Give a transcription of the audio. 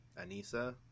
Anissa